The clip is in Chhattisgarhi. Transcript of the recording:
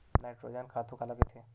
नाइट्रोजन खातु काला कहिथे?